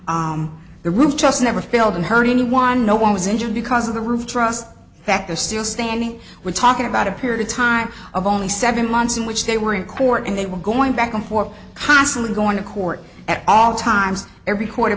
roof just never failed and hurt anyone no one was injured because of the roof trust that they're still standing we're talking about a period of time of only seven months in which they were in court and they were going back and forth constantly going to court at all times every